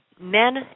men